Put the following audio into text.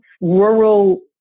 rural